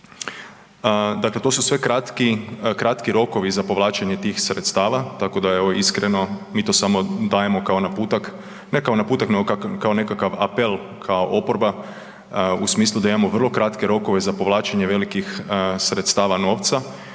Dakle, to su sve kratki rokovi za povlačenje tih sredstava tako da evo, iskreno, mi to samo dajemo kao naputak, ne kao naputak nego kao nekakav apel kao oporba u smislu da imamo vrlo kratke rokove za povlačenje velikih sredstava novca